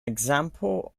example